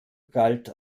galt